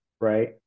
Right